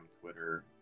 Twitter